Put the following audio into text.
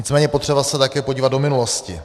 Nicméně je potřeba se také podívat do minulosti.